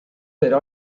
per